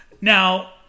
Now